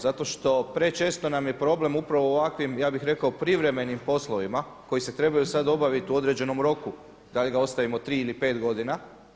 Zato što prečesto nam je problem upravo u ovakvim, ja bih rekao privremenim poslovima koji se trebaju sada obaviti u određenom roku, da li da ostavimo tri ili pet godina.